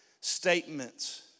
statements